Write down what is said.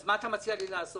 אז מה אתה מציע לי לעשות?